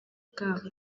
bwako